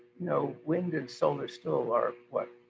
you know wind and solar still are what,